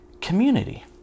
community